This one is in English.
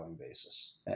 basis